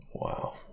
Wow